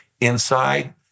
inside